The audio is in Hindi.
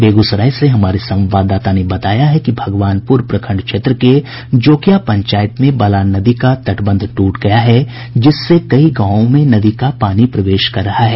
बेगूसराय से हमारे संवाददाता ने बताया है कि भगवानपुर प्रखंड क्षेत्र के जोकिया पंचायत में बलान नदी का तटबंध टूट गया है जिससे कई गांवों में नदी का प्रवेश कर रहा है